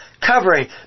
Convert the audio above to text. covering